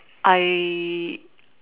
I